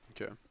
Okay